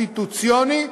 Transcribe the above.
הקונסטיטוציוני,